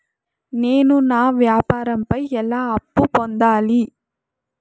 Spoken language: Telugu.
నేను నా వ్యాపారం పై ఎలా అప్పు పొందాలి?